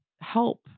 help